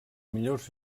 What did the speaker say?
millors